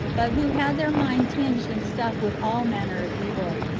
but who had their mind tinged and stuffed with all manner of evil,